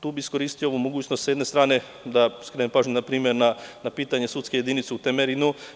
Tu bih iskoristio mogućnost da sa jedne strane skrenem pažnju npr. pitanje sudske jedinice u Temerinu.